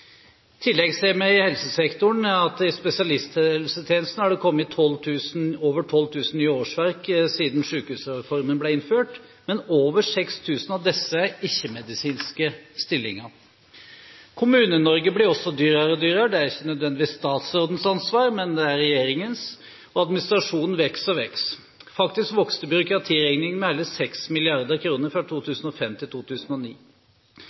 tillegg ser vi i helsesektoren at det i spesialisthelsetjenesten har kommet over 12 000 nye årsverk siden sykehusreformen ble innført, men over 6 000 av disse er ikke-medisinske stillinger. Kommune-Norge blir også dyrere og dyrere – det er ikke nødvendigvis statsrådens ansvar, men det er regjeringens – og administrasjonen vokser og vokser. Faktisk vokste byråkratiregningen med hele 6 mrd. kr fra 2005 til 2009.